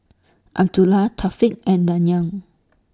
Abdullah Thaqif and Dayang